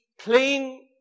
clean